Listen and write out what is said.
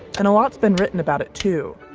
and a lot's been written about it too,